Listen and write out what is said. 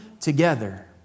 together